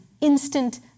instant